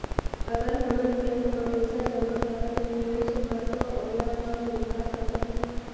अगर हमन बैंक म पइसा जमा करब निवेश बर तो ओला कब निकाल सकत हो?